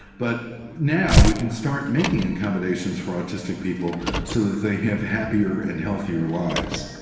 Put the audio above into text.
but now we can start making accommodations for autistic people so that they have happier and healthier lives.